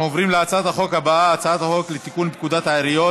אנחנו עוברים להצעת החוק הבאה: הצעת חוק לתיקון פקודת העיריות